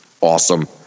awesome